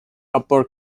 upper